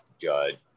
judge